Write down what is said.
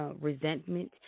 Resentment